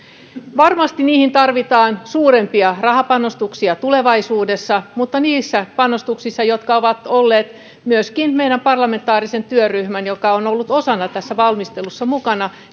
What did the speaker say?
varmasti niihin tarvitaan suurempia rahapanostuksia tulevaisuudessa mutta ne panostukset jotka ovat olleet myöskin meidän parlamentaarisessa työryhmässä joka on ollut osana tässä valmistelussa mukana